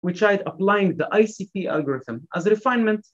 We tried applying the ICP algorithm as a refinement.